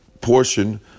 portion